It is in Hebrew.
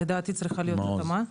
לדעתי צריכה להיות התאמה.